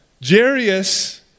Jarius